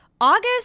August